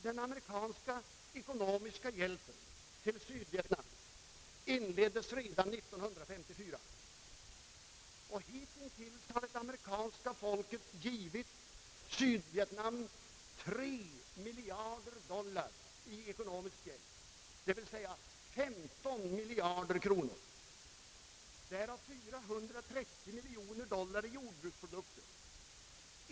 Den amerikanska ekonomiska hjälpen till Sydvietnam inleddes redan år 1954. Hitintills har det amerikanska folket givit Sydvietnam 3 miljarder doilar i ekonomisk hjälp — d. v. s. 15 miljarder kronor — därav 430 miljoner dollar i jordbruksprodukter.